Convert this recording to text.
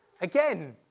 again